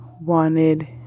wanted